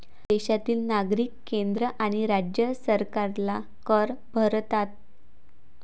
देशातील नागरिक केंद्र आणि राज्य सरकारला कर भरतात